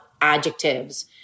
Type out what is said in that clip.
adjectives